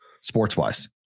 sports-wise